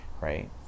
right